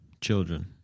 Children